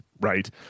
right